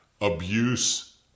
Abuse